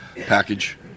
package